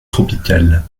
tropical